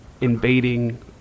invading